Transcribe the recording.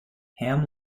ham